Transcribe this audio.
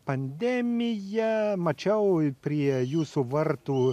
pandemija mačiau prie jūsų vartų